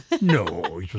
no